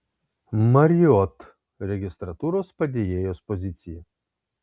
marriott registratūros padėjėjos pozicija